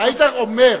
היית אומר,